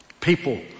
People